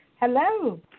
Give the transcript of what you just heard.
Hello